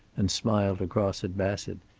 and smiled across at bassett.